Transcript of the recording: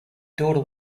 daughter